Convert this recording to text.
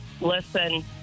Listen